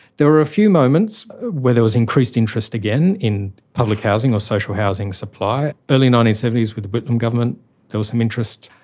there were a few moments where there was increased interest again in public housing or social housing supply. early nineteen seventy s with the whitlam government there was some interest.